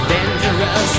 Dangerous